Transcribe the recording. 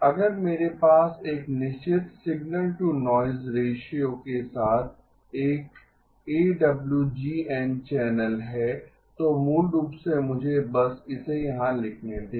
अगर मेरे पास एक निश्चित सिग्नल टू नॉइज़ रेश्यो के साथ एक एडब्लूजीएन चैनल है तो मूल रूप से मुझे बस इसे यहां लिखने दें